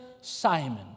Simon